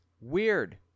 Weird